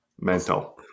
mental